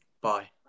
Bye